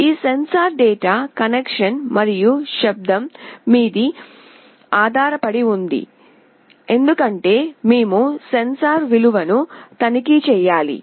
ఈ sensor data connection మరియు శబ్దం మీద ఆధారపడి ఉంటుంది ఎందుకంటే మేము సెన్సార్ విలువను తనిఖీ చేయాలి